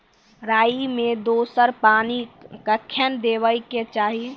राई मे दोसर पानी कखेन देबा के चाहि?